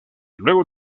luego